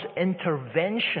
intervention